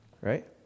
right